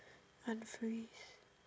countries